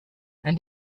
and